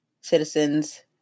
citizens